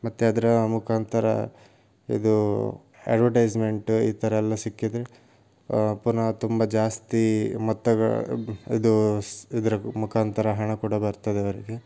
ಮತ್ತು ಅದರ ಮುಖಾಂತರ ಇದು ಎಡ್ವರ್ಟೈಸ್ಮೆಂಟ್ ಈ ಥರ ಎಲ್ಲ ಸಿಕ್ಕಿದರೆ ಪುನಃ ತುಂಬ ಜಾಸ್ತಿ ಮೊತ್ತ ಇದು ಇದರ ಮುಖಾಂತರ ಹಣ ಕೂಡ ಬರ್ತದೆ ಅವರಿಗೆ